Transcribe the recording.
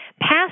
passed